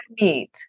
meat